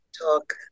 talk